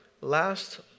Last